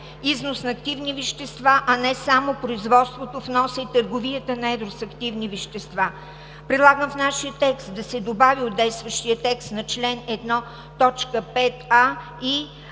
износ на активни вещества, а не само производство, вноса и търговията на едро с активни вещества. Предлагам в нашия текст да се добави от действащия текст на чл. 1, т.